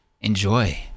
enjoy